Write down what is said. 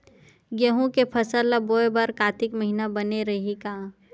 गेहूं के फसल ल बोय बर कातिक महिना बने रहि का?